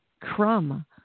crumb